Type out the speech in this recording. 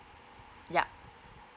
yup